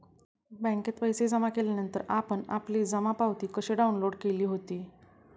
बँकेत पैसे जमा केल्यानंतर आपण आपली जमा पावती कशी डाउनलोड केली होती?